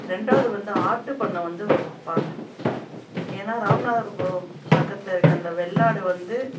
ரெண்டாவது வந்து ஆட்டுப்பண்ணை வந்து வ வைப்பாங்க ஏன்னால் ராமநாதபுரம் பக்கத்தில் இருக்கற அந்த வெள்ளாடு வந்து